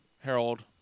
Harold